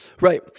Right